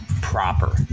proper